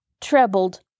trebled